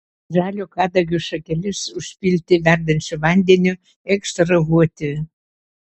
žalio kadagio šakeles užpilti verdančiu vandeniu ekstrahuoti